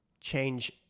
change